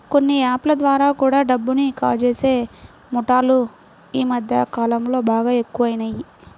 కొన్ని యాప్ ల ద్వారా కూడా డబ్బుని కాజేసే ముఠాలు యీ మద్దె కాలంలో బాగా ఎక్కువయినియ్